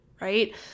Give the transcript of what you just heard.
right